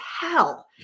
hell